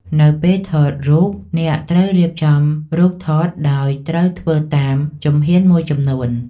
នៅពេលថតរូប អ្នកត្រូវរៀបចំរូបថត ដោយត្រូវធ្វើតាមជំហ៊ានមួយចំនួន។